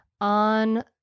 on